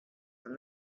from